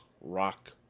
rock